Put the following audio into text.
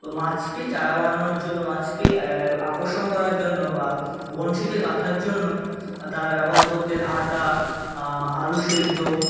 তো মাছকে চারা বানানোর জন্য মাছকে আকর্ষণ করার জন্য বা বঁড়শিতে গাঁথার জন্য তারা ব্যবহার করতেন আটা আলু সেদ্ধ